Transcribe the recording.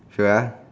sure uh